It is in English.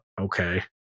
Okay